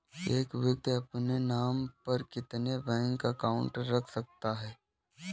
एक व्यक्ति अपने नाम पर कितने बैंक अकाउंट रख सकता है?